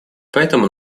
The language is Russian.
поэтому